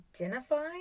identify